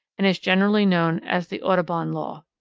and is generally known as the audubon law.